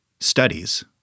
studies